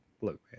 look